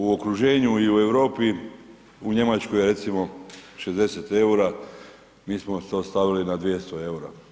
U okruženju i u Europi u Njemačkoj je recimo 60 EUR-a, mi smo to stavili na 200 EUR-a.